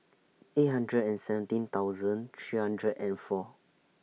eight hundred and seventeen thousand three hundred and four